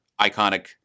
iconic